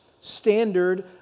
standard